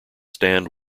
stand